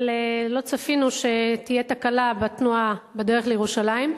אבל לא צפינו שתהיה תקלה בתנועה בדרך לירושלים,